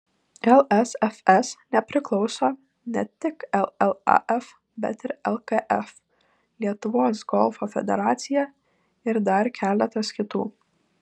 lsfs nepriklauso ne tik llaf bet ir lkf lietuvos golfo federacija ir dar keletas kitų